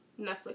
Netflix